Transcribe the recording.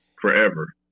forever